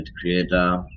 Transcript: creator